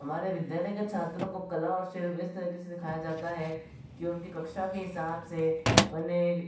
हमारे विद्यालय के छात्रों को कला और शिल्प इस तरीक़े से सिखाया जाता है कि उनकी कक्षा के हिसाब से उन्हें